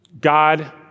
God